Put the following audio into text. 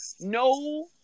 no